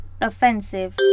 Offensive